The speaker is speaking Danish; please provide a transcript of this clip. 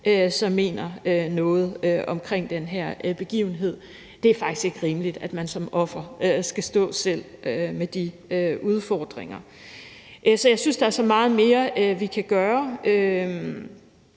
som mener noget om den her begivenhed. Det er faktisk ikke rimeligt, at man som offer selv skal stå med de udfordringer. Så jeg synes, at der er så meget mere, vi kan gøre